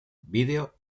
vídeo